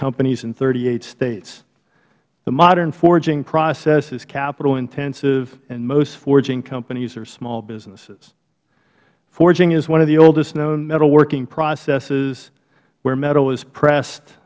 companies in thirty eight states the modern forging process is capitalintensive and most forging companies are small businesses forging is one of oldest known metalworking processes where metal is pressed